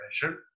pressure